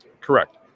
Correct